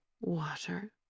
water